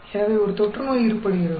எனவே ஒரு தொற்றுநோய் ஏற்படுகிறது